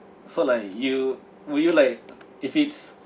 so like you would you like if it's